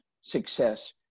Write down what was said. success